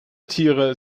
tiere